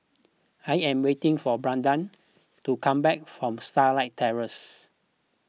I am waiting for Brandan to come back from Starlight Terrace